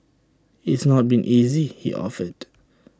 it's not been easy he offered